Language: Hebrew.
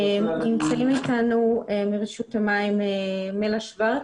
נמצאים איתנו מרשות המים מלה שוורץ,